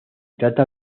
trata